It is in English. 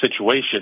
situation